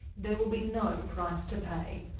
there will be no price to pay.